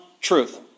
truth